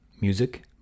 Music